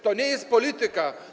To nie jest polityka.